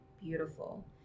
beautiful